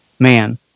Man